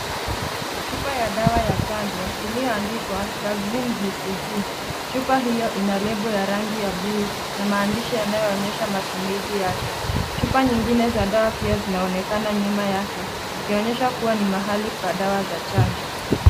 Chupa ya dawa ya chanjo iliyoandikwa vaccine BCG . Chupa hiyo ina lebo ya rangi ya buluu na maandishi yanayoonyesha matumizi yake. Chupa nyingine za dawa zinaonekana nyuma yake, zikionyesha kuwa ni mahali pa dawa za chanjo